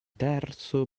terzo